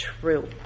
true